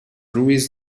louise